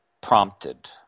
prompted